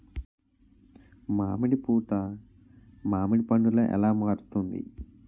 మామిడి పూత మామిడి పందుల ఎలా మారుతుంది?